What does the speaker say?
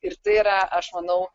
ir tai yra aš manau